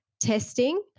testing